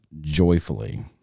joyfully